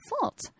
fault